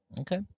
Okay